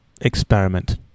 experiment